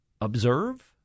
observe